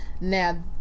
now